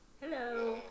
Hello